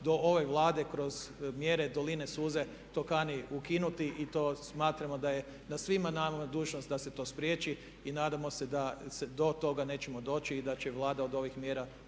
do ove Vlade kroz mjere doline suza to kani ukinuti. To smatramo da je na svima nama dužnost da se to spriječi. Nadamo se da do toga nećemo doći i da će Vlada od ovih mjera